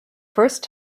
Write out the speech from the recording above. first